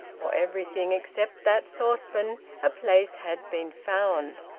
for everything except that saucepan a place had been found.